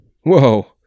Whoa